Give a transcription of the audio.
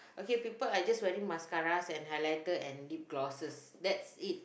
okay people I just wearing mascaras and highlighter and lip glosses that's it